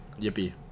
Yippee